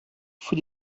für